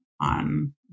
on